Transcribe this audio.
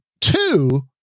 two